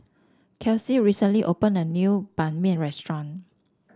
Kelsie recently opened a new Ban Mian restaurant